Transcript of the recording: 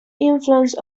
influence